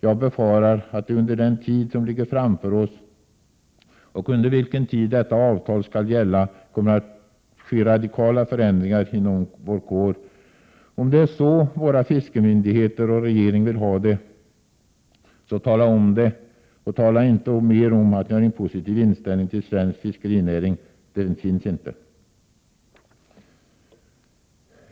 Jag befarar att det under den tid som ligger framför oss, under vilken tid detta avtal skall gälla, kommer att ske radikala förändringar inom vår kår. Om det är så våra fiskemyndigheter och regeringen vill ha det så säg det och tala inte mer om att ni har en positiv inställning till svensk fiskenäring — den finns inte.